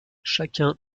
chacun